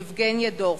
יבגניה דרופמן,